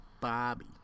Bobby